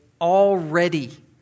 already